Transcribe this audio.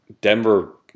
Denver